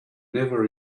never